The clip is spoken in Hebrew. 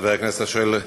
חבר הכנסת השואל,